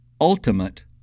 ultimate